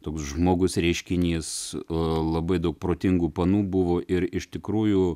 toks žmogus reiškinys labai daug protingų panų buvo ir iš tikrųjų